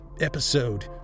episode